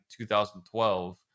2012